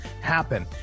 happen